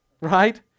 right